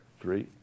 Three